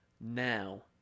now